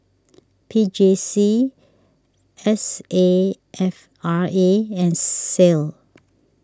P J C S A F R A and Sal